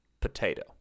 potato